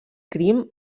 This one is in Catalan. crim